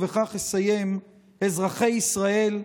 ובכך אסיים: "אזרחי ישראל,